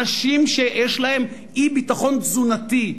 אנשים שיש להם אי-ביטחון תזונתי,